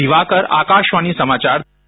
दिवाकर आकाशवाणी समाचार दिल्ली